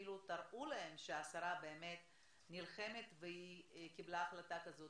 אפילו תראו להם שהשרה באמת נלחמת והיא קיבלה החלטה כזאת.